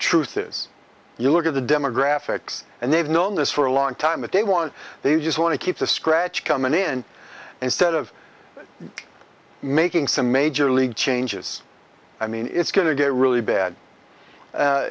truth is you look at the demographics and they've known this for a long time and they want they just want to keep the scratch come an end instead of making some major league changes i mean it's going to get really bad